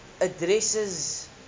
addresses